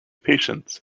patience